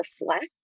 reflect